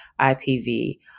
IPV